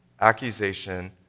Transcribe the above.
accusation